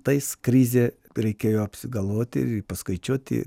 tais krizė reikėjo apsigalvoti ir paskaičiuoti